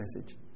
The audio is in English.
message